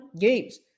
games